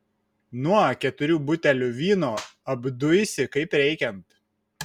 nuo keturių butelių vyno apduisi kaip reikiant